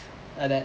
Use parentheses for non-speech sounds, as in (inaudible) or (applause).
(noise) like that